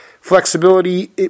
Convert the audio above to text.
flexibility